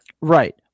Right